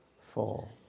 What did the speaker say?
Four